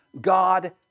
God